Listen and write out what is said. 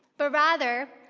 but rather,